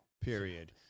period